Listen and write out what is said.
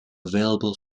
available